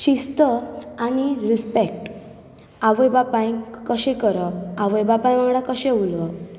शिस्त आनी रिस्पॅक्ट आवय बापायक कशें करप आवय बापाय वांगडा कशें उलोवप